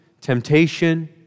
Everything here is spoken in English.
temptation